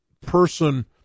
person